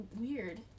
weird